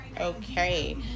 okay